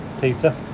Peter